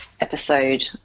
episode